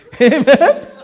Amen